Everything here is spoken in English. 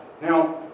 Now